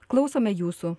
klausome jūsų